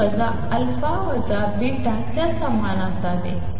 च्या समान असावे